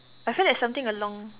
I find that's something along